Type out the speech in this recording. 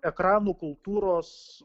ekranų kultūros